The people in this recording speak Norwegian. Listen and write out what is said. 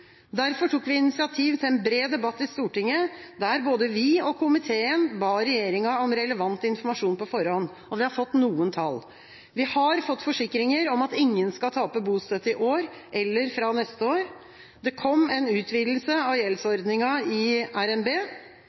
Derfor tok vi initiativ til en bred debatt i Stortinget, der både vi og komiteen ba regjeringa om relevant informasjon på forhånd. Vi har fått noen tall. Vi har fått forsikringer om at ingen skal tape bostøtte i år eller fra neste år. Det kom en utvidelse av gjeldsordninga i RNB.